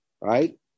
right